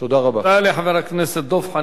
תודה לחבר הכנסת דב חנין.